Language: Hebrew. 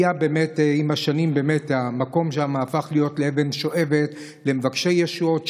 עם השנים באמת המקום שם הפך להיות לאבן שואבת למבקשי ישועות,